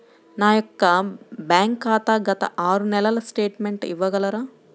నా యొక్క బ్యాంక్ ఖాతా గత ఆరు నెలల స్టేట్మెంట్ ఇవ్వగలరా?